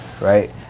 right